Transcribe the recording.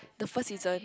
the first season